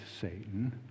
Satan